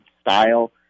style